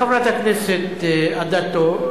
חברת הכנסת אדטו,